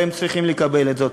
והם צריכים לקבל את זה.